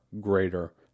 greater